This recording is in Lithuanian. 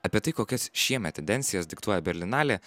apie tai kokias šiemet tendencijas diktuoja berlinalė